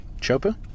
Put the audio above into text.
Chopu